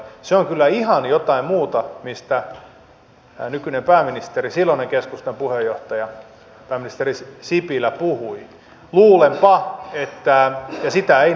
se on kyllä ihan jotain muuta kuin mistä nykyinen pääministeri silloinen keskustan puheenjohtaja pääministeri sipilä puhui ja sitä ei näy